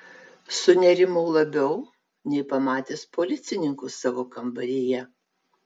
sunerimau labiau nei pamatęs policininkus savo kambaryje